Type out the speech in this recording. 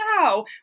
wow